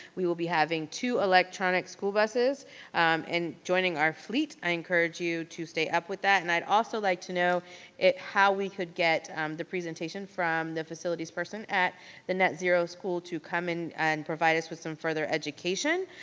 we will be having two electronic school buses and joining our fleet, i encourage you to stay up with that, and i'd also like to know how we could get the presentation from the facilities person at the net zero school to come in and provide us with some further education.